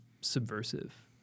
subversive